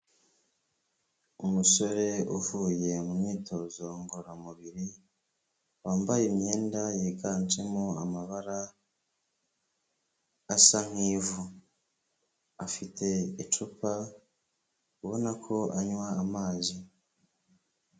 Umusore uvuye mu myitozo ngororamubiri, wambaye imyenda yiganjemo amabara asa nk'ivu. Afite icupa ubona ko anywa amazi.